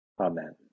Amen